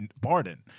pardon